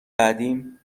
بعدیم